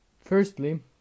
firstly